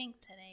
today